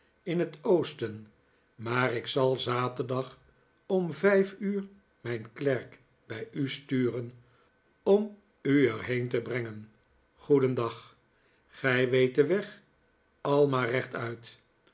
in t oosten maar ik zal zaterdag om vijf uur mijn klerk bij u sturen om u er heen te brengen goedendag gij weet den weg al maar rechtuit